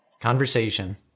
Conversation